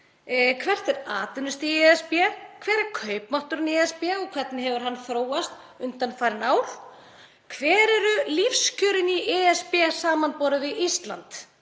Hvert er atvinnustigið í ESB? Hver er kaupmátturinn í ESB og hvernig hefur hann þróast undanfarin ár? Hver eru lífskjörin í ESB samanborið við Ísland?